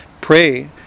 pray